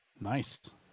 Nice